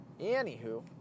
Anywho